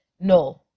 No